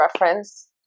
reference